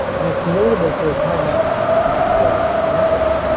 and it's notable for its high mountains, known as maxwell montes,